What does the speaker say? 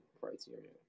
criteria